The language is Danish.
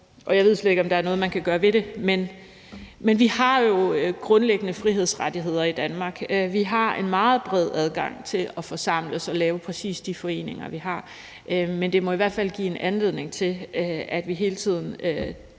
jeg ved slet ikke, om der er noget, man kan gøre ved det, men vi har jo grundlæggende frihedsrettigheder i Danmark. Vi har en meget bred adgang til at forsamles og lave præcis de foreninger, vi har, men det må i hvert fald give en anledning til, at vi hele tiden